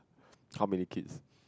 how many kids